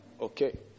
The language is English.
Okay